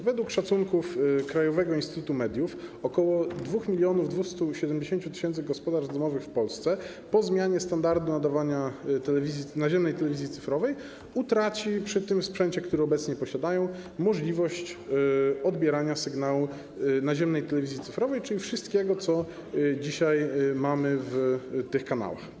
Według szacunków Krajowego Instytutu Mediów ok. 2270 tys. gospodarstw domowych w Polsce po zmianie standardu nadawania naziemnej telewizji cyfrowej przy tym sprzęcie, który obecnie posiada, utraci możliwość odbierania sygnału naziemnej telewizji cyfrowej, czyli wszystkiego, co dzisiaj mamy na tych kanałach.